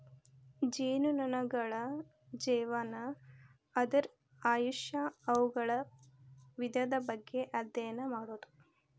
ಜೇನುನೊಣಗಳ ಜೇವನಾ, ಅದರ ಆಯುಷ್ಯಾ, ಅವುಗಳ ವಿಧದ ಬಗ್ಗೆ ಅದ್ಯಯನ ಮಾಡುದು